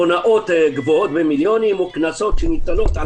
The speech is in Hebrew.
הונאות במיליונים או קנסות שניתנים על